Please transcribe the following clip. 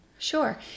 Sure